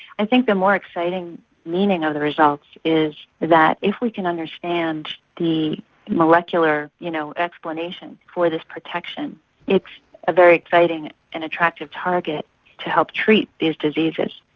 i think the more exciting meaning of the results is that if we can understand the molecular you know explanation for this protection it's a very exciting and attractive target to help treat these diseases.